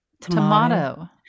Tomato